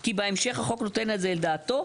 כי בהמשך החוק נותן על זה את דעתו.